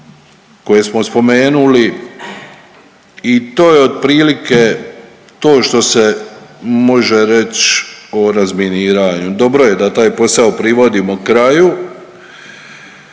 koje smo spomenuli i to je otprilike to što se može reć o razminiranju. Dobro je da taj posao privodimo kraju